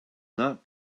not